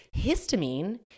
Histamine